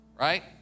right